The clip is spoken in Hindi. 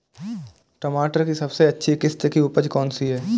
टमाटर की सबसे अच्छी किश्त की उपज कौन सी है?